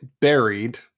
buried